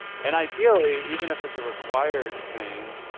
and ideally, even if it's a required thing,